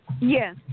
Yes